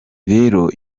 rero